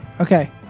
Okay